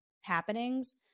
happenings